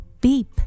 beep